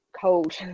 cold